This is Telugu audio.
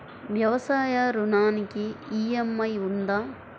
వ్యవసాయ ఋణానికి ఈ.ఎం.ఐ ఉందా?